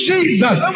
Jesus